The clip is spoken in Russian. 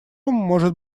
может